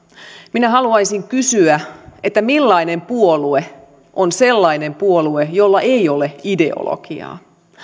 minä haluaisin kysyä millainen puolue on sellainen puolue jolla ei ole ideologiaa